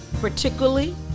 particularly